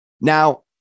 Now